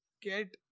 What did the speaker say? get